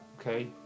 okay